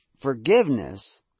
forgiveness